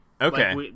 Okay